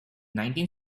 nineteen